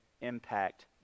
impact